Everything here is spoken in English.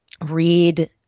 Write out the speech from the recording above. read